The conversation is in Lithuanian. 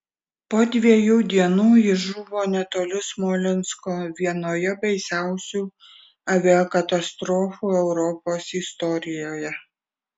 po dviejų dienų jis žuvo netoli smolensko vienoje baisiausių aviakatastrofų europos istorijoje